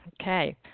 Okay